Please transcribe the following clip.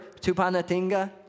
Tupanatinga